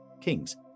King's